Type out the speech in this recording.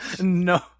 No